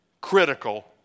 critical